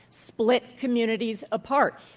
splits communities apart.